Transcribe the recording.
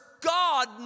God